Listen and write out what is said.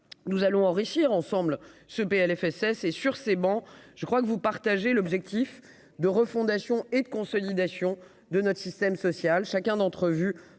nous allons enrichir ensemble ce PLFSS et sur ces bancs, je crois que vous partagez l'objectif de refondation et de consolidation de notre système social